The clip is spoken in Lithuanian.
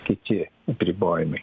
kiti apribojimai